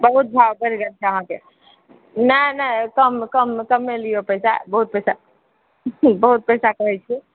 बहुत भाव बढ़ि गेल छै अहाँ सबके नहि नहि कम कम कमे लिऔ पैसा बहुत पैसा बहुत पैसा कहै छी